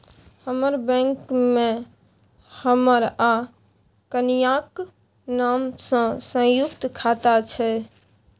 हमर बैंक मे हमर आ कनियाक नाम सँ संयुक्त खाता छै